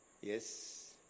Yes